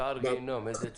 שער הגיהינום, איזה דבש...